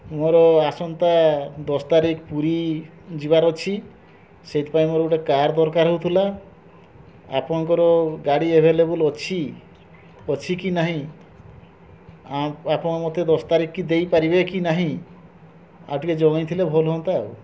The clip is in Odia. ମୋର ଆସନ୍ତା ଦଶ ତାରିଖ ପୁରୀ ଯିବାର ଅଛି ସେଥିପାଇଁ ମୋର ଗୋଟେ କାର୍ ଦରକାର ହେଉ ଥିଲା ଆପଣଙ୍କର ଗାଡ଼ି ଆଭେଲେବଲ୍ ଅଛି ଅଛି କି ନାହିଁ ଆପଣ ମୋତେ ଦଶ ତାରିଖ କି ଦେଇପାରିବେ କି ନାହିଁ ଆଉ ଟିକିଏ ଜଣେଇଥିଲେ ଭଲ ହୁଅନ୍ତା